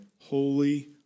holy